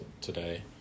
today